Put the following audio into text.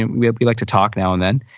and we we like to talk now and then.